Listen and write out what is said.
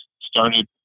started